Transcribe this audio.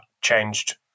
changed